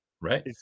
Right